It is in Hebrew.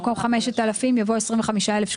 במקום "5,000" יבוא "25,000",